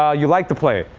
ah you like the play.